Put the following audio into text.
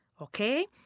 Okay